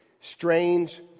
strange